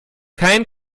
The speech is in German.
kein